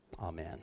Amen